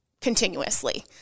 continuously